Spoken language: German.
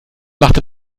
machte